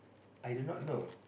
I do not know